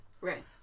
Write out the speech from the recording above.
Right